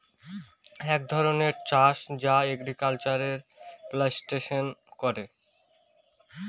এক ধরনের চাষ বা এগ্রিকালচারে প্লান্টেশন করে